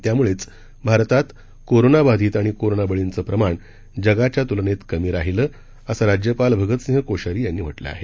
त्यामुळेच भारतात कोरोनाबाधित आणि कोरोना बळींचं प्रमाण जगाच्या तूलनेत कमी राहिलं असं राज्यपाल भगतसिंह कोश्यारी यांनी म्हाविं आहे